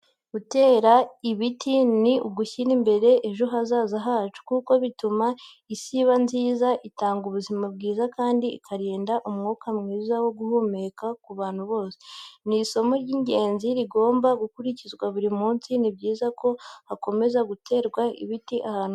Gutera ibiti ni ugushyira imbere ejo hazaza hacu, kuko bituma isi iba nziza, itanga ubuzima bwiza kandi ikarinda umwuka mwiza wo guhumeka ku bantu bose. Ni isomo ry’ingenzi rigomba gukurikizwa buri munsi. Ni byiza ko hakomeza guterwa ibiti ahantu hose.